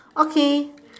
okay